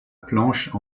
planche